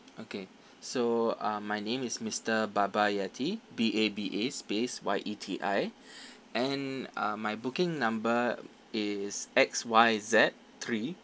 okay so uh my name is mister baba yeti B A B A space Y E T I and um my booking number is X Y Z three